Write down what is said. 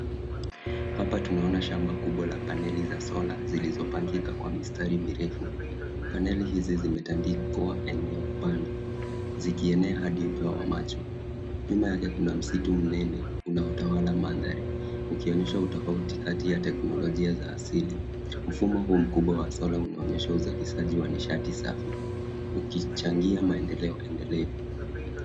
Hapa tunaona shamba kubwa la paneli za sola zilizopangika kwa mistari mirefu. Paneli hizi zimetandikwa eneo pana zikienena hadi upeo wa macho nyuma yake kuna msitu mnene unao tawala mandhari ukionyesha utafauti kati ya teknolojia za asili mfumo huu mkubwa wa sola unaonyesha ujalishali wa nishati safi ukichangia maendeleo endelevu